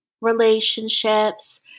relationships